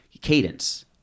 cadence